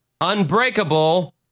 Unbreakable